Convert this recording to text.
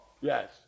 Yes